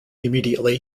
immediately